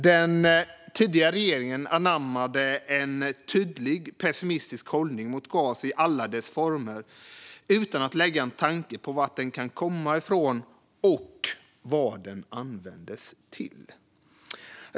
Den tidigare regeringen anammade en tydlig pessimistisk hållning mot gas i alla dess former utan att lägga en tanke på var den kan komma ifrån och vad den används till.